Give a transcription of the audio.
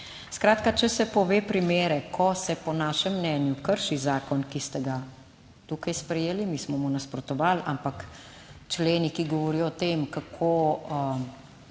Skratka, če se pove primere, ko se po našem mnenju krši zakon, ki ste ga tukaj sprejeli, mi smo mu nasprotovali, ampak členi, ki govorijo o tem, kako